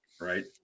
right